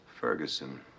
Ferguson